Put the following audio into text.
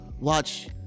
watch